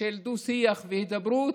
של דו-שיח והידברות.